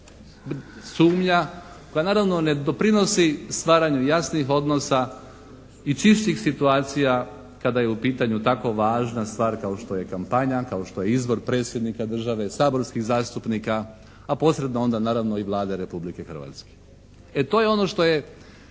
sumnja pa naravno ne doprinosi stvaranju jasnih odnosa i čišćih situacija kada je u pitanju tako važna stvar kao što je kampanja, kao što je izbor predsjednika države, saborskih zastupnika, a posredno onda naravno i Vlade Republike Hrvatske. E to je ono što je